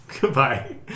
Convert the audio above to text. Goodbye